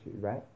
right